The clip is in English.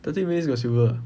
thirteen minutes got silver ah